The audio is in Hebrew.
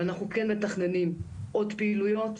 אנחנו כן מתכננים עוד פעילויות,